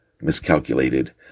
miscalculated